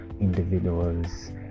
individuals